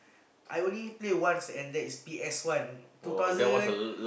I only play once and that is P_S-one two thousand